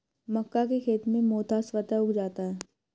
मक्का के खेत में मोथा स्वतः उग जाता है